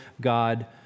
God